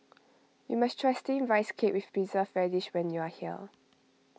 you must try Steamed Rice Cake with Preserved Radish when you are here